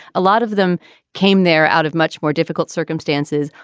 a lot of them came there out of much more difficult circumstances.